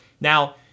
now